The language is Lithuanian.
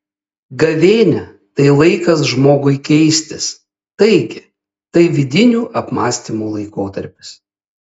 gavėnia tai laikas žmogui keistis taigi tai vidinių apmąstymų laikotarpis